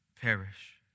perish